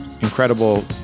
Incredible